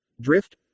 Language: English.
Drift